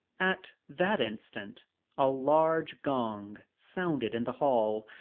at that instant a large gong sounded in the hall.